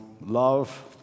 love